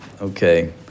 okay